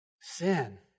Sin